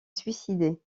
suicidé